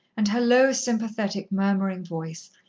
and her low, sympathetic, murmuring voice,